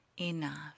enough